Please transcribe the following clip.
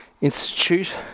institute